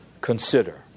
Consider